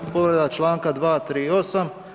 Povreda članka 238.